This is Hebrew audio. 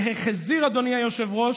והחזיר, אדוני היושב-ראש,